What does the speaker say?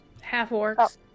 Half-orcs